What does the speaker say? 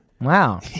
Wow